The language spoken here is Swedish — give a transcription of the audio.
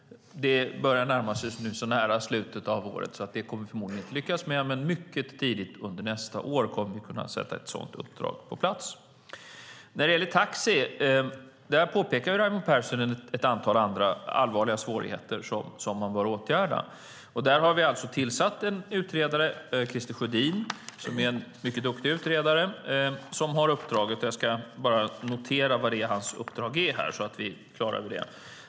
Det är nu så nära slutet av året att vi förmodligen inte kommer att lyckas med det, men mycket tidigt under nästa år kommer vi att kunna sätta ett sådant uppdrag på plats. När det gäller taxi påpekar ju Raimo Pärssinen ett antal andra allvarliga svårigheter som man bör åtgärda. Där har vi tillsatt en utredare, Christer Sjödin, som är en mycket duktig utredare. Jag ska bara notera vad hans uppdrag är så att vi har det klart för oss.